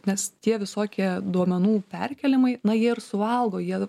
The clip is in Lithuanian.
nes tie visokie duomenų perkėlimai na jie ir suvalgo jie